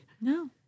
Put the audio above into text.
No